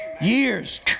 Years